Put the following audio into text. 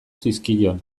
zizkion